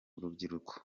urubyiruko